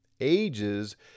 Ages